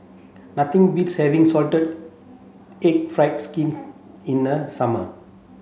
nothing beats having salted egg fried skin in the summer